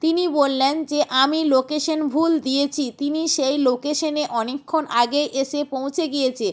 তিনি বললেন যে আমি লোকেশন ভুল দিয়েছি তিনি সেই লোকেশনে অনেকক্ষণ আগে এসে পৌঁছে গিয়েছে